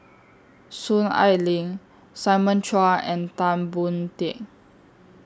Soon Ai Ling Simon Chua and Tan Boon Teik